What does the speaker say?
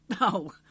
No